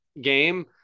game